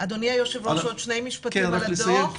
אדוני היושב ראש, עוד שני משפטים לגבי הדוח.